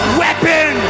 weapon